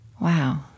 Wow